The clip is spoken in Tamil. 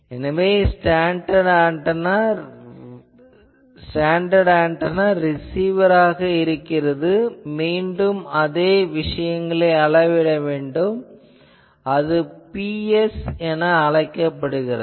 எனவே ஸ்டாண்டர்ட் ஆன்டெனா ரிசீவராக இருக்கிறது மீண்டும் அதே விஷயங்களை அளவிட வேண்டும் அது Ps எனப்படுகிறது